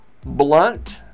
blunt